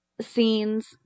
scenes